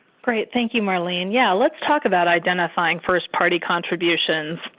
great, thank you, marlene. yeah let's talk about identifying first party contributions.